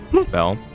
spell